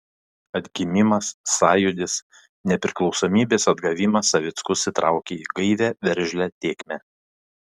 atgimimas sąjūdis nepriklausomybės atgavimas savickus įtraukė į gaivią veržlią tėkmę